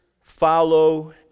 follow